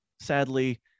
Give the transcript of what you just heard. sadly